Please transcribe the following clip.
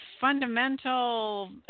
fundamental